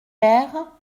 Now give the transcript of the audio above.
mère